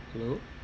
hello